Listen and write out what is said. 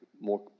more